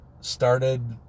started